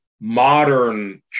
modern